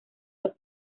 los